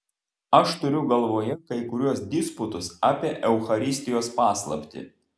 aš turiu galvoje kai kuriuos disputus apie eucharistijos paslaptį